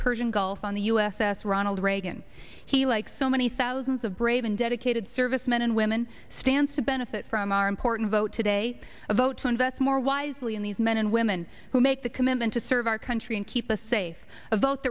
persian gulf on the u s s ronald reagan he like so many thousands of brave and dedicated service men and women stands to benefit from our important vote today votes on vets more wisely in these men and women who make the commitment to serve our country and keep us safe a vote